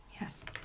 Yes